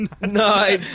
No